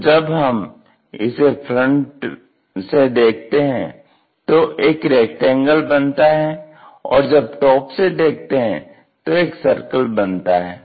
तो जब हम इसे फ्रंट से देखते हैं तो एक रेक्टेंगल बनता है और जब टॉप से देखते हैं तो एक सर्किल बनता है